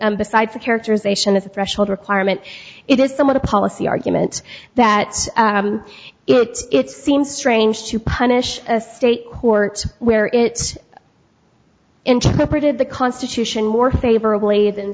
besides the characterization the threshold requirement it is some of the policy arguments that it it seems strange to punish a state court where it's interpreted the constitution more favorably than